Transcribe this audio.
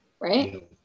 right